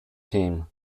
team